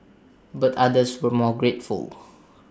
but others were more grateful